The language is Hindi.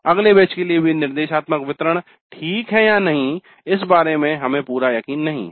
अगले बैच के लिए भी निर्देशात्मक वितरण ठीक है या नहीं इस बारे मैं हमें पूरा यकीन नहीं है